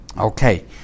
Okay